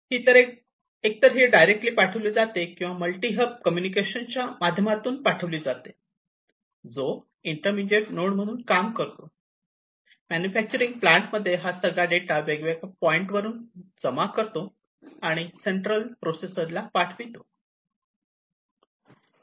ही एक तर डायरेक्टली पाठविले जाते किंवा मल्टी हब कम्युनिकेशन च्या माध्यमातून पाठविले जाते जो इंटरमीडिएट नोड म्हणून काम करतो जो मॅन्युफॅक्चरिंग प्लांट मध्ये हा सगळा डेटा वेगवेगळ्या पॉईंटवरून जमा करतो आणि आणि तो सेंट्रल प्रोसेसरला पाठवितो